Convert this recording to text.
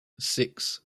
six